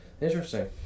Interesting